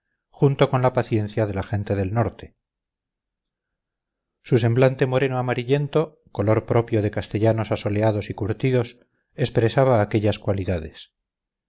junto con la paciencia de la gente del norte su semblante moreno amarillento color propio de castellanos asoleados y curtidos expresaba aquellas cualidades